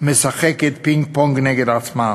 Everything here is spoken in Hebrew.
משחקת פינג-פונג נגד עצמה.